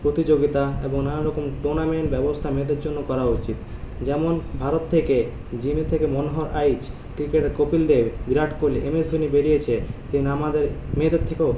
প্রতিযোগিতা এবং নানান রকম টুর্নামেন্ট ব্যবস্থা মেয়েদের জন্য করা উচিত যেমন ভারত থেকে জিমের থেকে মনোহর আইচ ক্রিকেটের কপিল দেব বিরাট কোহলি এমএস ধোনি বেরিয়েছে তেমনি আমাদের মেয়েদের থেকেও